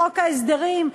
חוק ההסדרים,